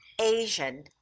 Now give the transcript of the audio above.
asian